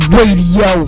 Radio